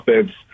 offense